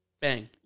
bang